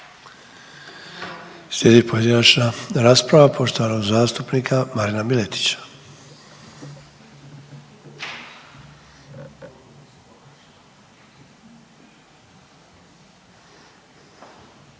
Slijedi pojedinačna rasprava poštovanog zastupnika Marina Miletića.